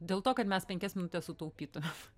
dėl to kad mes penkias minutes sutaupytumėm